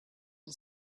the